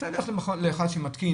אתה הולך לאחד שמתקין,